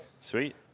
Sweet